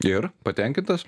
ir patenkintas